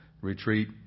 retreat